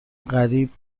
قریب